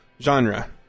genre